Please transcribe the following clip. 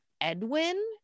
Edwin